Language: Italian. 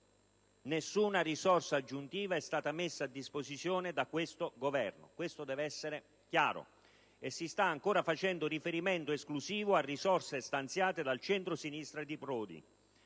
nessuna risorsa aggiuntiva è stata messa a disposizione da questo Governo - deve essere chiaro - e si sta ancora facendo riferimento esclusivo a risorse stanziate dal centrosinistra di Prodi.